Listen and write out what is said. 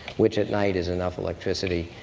which at night is enough electricity,